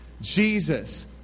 Jesus